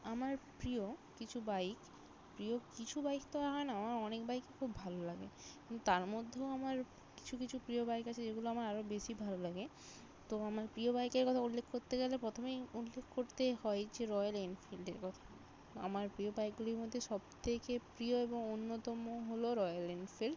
আমার প্রিয় কিছু বাইক প্রিয় কিছু বাইক তো আর হয় না আমার অনেক বাইকই খুব ভালো লাগে কিন্তু তার মধ্যেও আমার কিছু কিছু প্রিয় বাইক আছে যেগুলো আমার আরো বেশি ভালো লাগে তো আমার প্রিয় বাইকের কথা উল্লেখ করতে গেলে প্রথমেই উল্লেখ করতে হয় যে রয়েল এনফিল্ডের কথা আমার প্রিয় বাইকগুলির মধ্যে সব থেকে প্রিয় এবং অন্যতম হলো রয়েল এনফিল্ড